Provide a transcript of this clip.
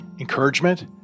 encouragement